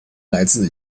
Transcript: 来自